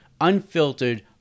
unfiltered